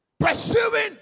pursuing